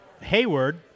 Hayward